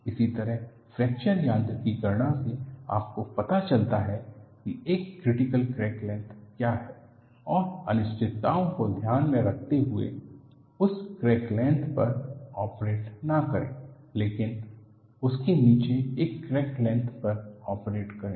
इसी तरह फ्रैक्चर यांत्रिकी गणना से आपको पता चलता है कि एक क्रीटीकल क्रैक लेंथ क्या है और अनिश्चितताओं को ध्यान में रखते हुए उस क्रैक लेंथ पर ऑपरेट न करें लेकिन उसके नीचे एक क्रैक लेंथ पर ऑपरेट करें